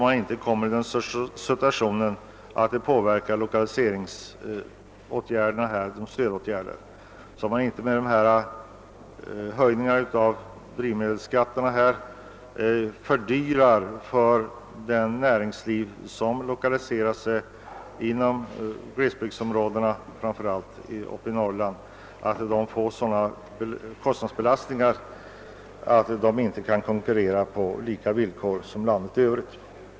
Man måste se till att man inte genom dessa skattehöjningar på drivmedel belastar de företag som lokaliserar sig inom glesbygdsområdena, framför allt i Norrland, med sådana kostnader att de inte kan konkurrera på lika villkor med företag inom landet i övrigt.